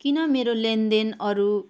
किन मेरो लेनदेन अरू